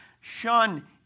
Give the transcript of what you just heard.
shun